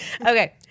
Okay